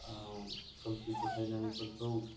औ खोमसि फोथायनाय फोरखौ